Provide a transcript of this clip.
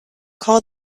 call